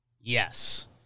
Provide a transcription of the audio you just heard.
Yes